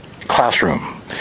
classroom